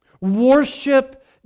Worship